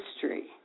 history